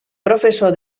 professor